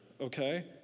okay